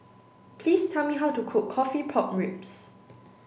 please tell me how to cook coffee pork ribs